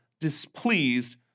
displeased